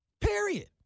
period